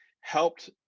helped